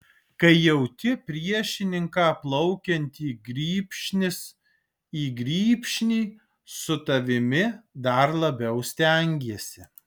kai jauti priešininką plaukiantį grybšnis į grybšnį su tavimi dar labiau stengiesi